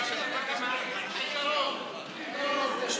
תמשיכו למחוא כפיים, חברי האופוזיציה,